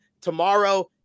tomorrow